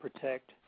protect